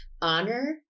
Honor